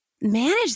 manage